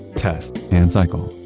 test and cycle